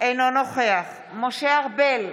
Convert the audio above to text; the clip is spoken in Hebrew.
אינו נוכח משה ארבל,